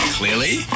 clearly